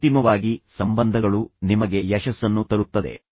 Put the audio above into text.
ಅಂತಿಮವಾಗಿ ಸಂಬಂಧಗಳು ನಿಮಗೆ ಯಶಸ್ಸನ್ನು ತರುತ್ತದೆ